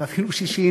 ואפילו 60,